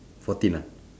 fourteen ah